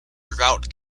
drought